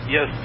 Yes